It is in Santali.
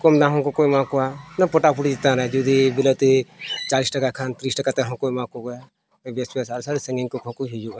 ᱠᱚᱢ ᱫᱟᱢ ᱠᱚᱠᱚ ᱦᱚᱸᱠᱚ ᱮᱢᱟ ᱠᱚᱣᱟ ᱚᱱᱟ ᱯᱚᱴᱟᱯᱩᱴᱤ ᱪᱮᱛᱟᱱ ᱨᱮ ᱡᱩᱫᱤ ᱵᱤᱞᱟᱹᱛᱤ ᱪᱚᱞᱞᱤᱥ ᱴᱟᱠᱟ ᱠᱷᱟᱱ ᱛᱤᱨᱤᱥ ᱴᱟᱠᱟ ᱛᱮᱦᱚᱸ ᱠᱚ ᱮᱢᱟ ᱠᱚᱣᱟ ᱵᱮᱥ ᱵᱮᱥ ᱟᱨ ᱥᱟᱺᱜᱤᱧ ᱥᱟᱺᱜᱤᱧ ᱠᱚ ᱠᱷᱚᱱ ᱠᱚ ᱦᱤᱡᱩᱜᱼᱟ